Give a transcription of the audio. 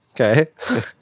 okay